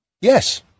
yes